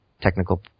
technical